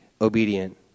obedient